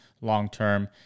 long-term